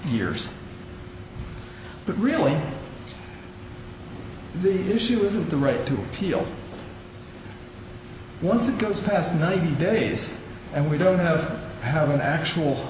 years but really the issue isn't the right to appeal once it goes past ninety days and we don't have to have an actual